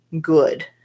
good